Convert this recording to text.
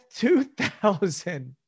2000